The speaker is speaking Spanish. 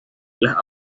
las